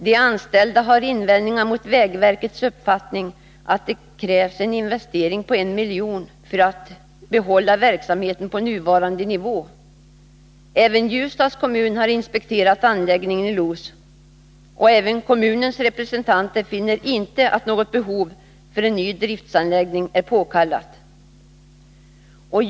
De anställda har invändningar mot vägverkets uppfattning att det krävs en investering på en miljon för att behålla verksamheten på nuvarande nivå. Ljusdals kommun har inspekterat anläggningen i Los, och kommunens representanter finner inte att någon ny driftsanläggning är av behovet påkallad.